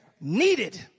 needed